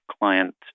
client